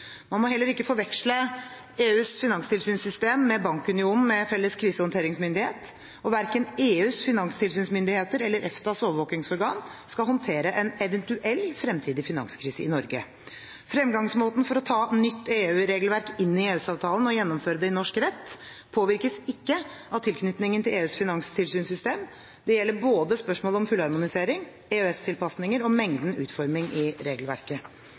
Man må heller ikke forveksle EUs finanstilsynssystem med bankunionen med felles krisehåndteringsmyndighet, og verken EUs finanstilsynsmyndigheter eller EFTAs overvåkingsorgan skal håndtere en eventuell fremtidig finanskrise i Norge. Fremgangsmåten for å ta nytt EU-regelverk inn i EØS-avtalen og gjennomføre det i norsk rett påvirkes ikke av tilknytningen til EUs finanstilsynssystem. Dette gjelder både spørsmål om fullharmonisering, EØS-tilpasninger og mengden og utformingen av regelverket.